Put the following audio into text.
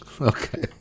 Okay